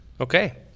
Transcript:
Okay